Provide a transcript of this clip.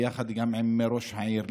ביחד גם עם ראש העיר,